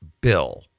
bill